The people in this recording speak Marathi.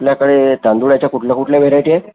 आपल्याकडे तांदूळाच्या कुठल्या कुठल्या व्हेराइटी आहेत